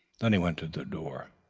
then he went to the door,